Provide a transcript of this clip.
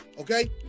Okay